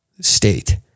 state